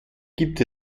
gibt